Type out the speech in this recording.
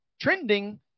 trending